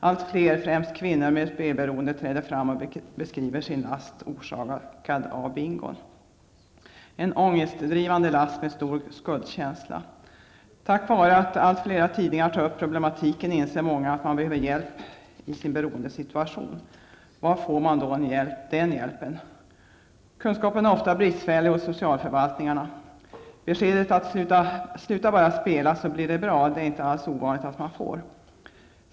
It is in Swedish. Allt fler, främst kvinnor, med spelberoende träder fram och beskriver sin last orsakad av bingon. Det är en ångestdrivande last med stor skuldkänsla. Tack vare att allt fler tidningar tar upp problematiken inser många att de behöver hjälp med sin beroendesituation. Var får de då den hjälpen? Kunskapen är ofta bristfällig hos socialförvaltningarna. Beskedet att ''sluta bara spela så blir det bra'' är inte alls ovanligt.